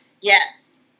Yes